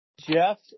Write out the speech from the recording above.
Jeff